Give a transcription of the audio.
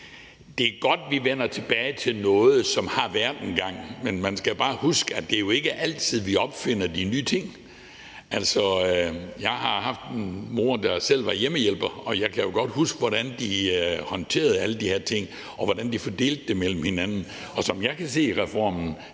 det er godt, at vi vender tilbage til noget, som har været dengang. Men man skal bare huske, at det jo ikke altid er sådan, at vi opfinder de nye ting. Jeg har haft en mor, der selv var hjemmehjælper, og jeg kan jo godt huske, hvordan de håndterede alle de her ting, og hvordan de fordelte dem mellem hinanden. Som jeg kan se i reformen